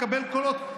לקבל קולות.